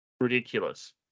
ridiculous